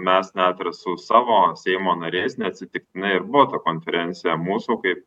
mes net ir su savo seimo nariais neatsitiktinai ir buvo ta konferencija mūsų kaip